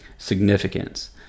significance